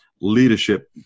leadership